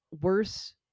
worse